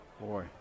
Boy